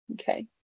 Okay